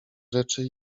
rzeczy